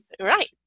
Right